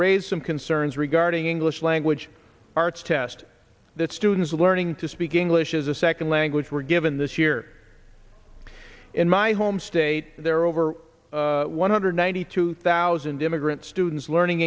raise some concerns regarding english language arts test that students learning to speak english as a second language were given this year in my home state there are over one hundred ninety two thousand immigrant students learning